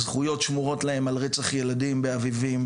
הזכויות שמורות להם על רצח ילדים באביבים,